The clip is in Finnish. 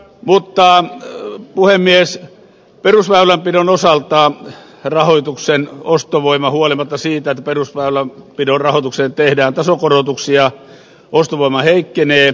mutta puhemies perusväylänpidon osalta rahoituksen ostovoima huolimatta siitä että perusväylänpidon rahoitukseen tehdään tasokorotuksia heikkenee